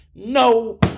No